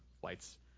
flights